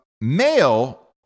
Male